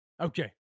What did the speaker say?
Okay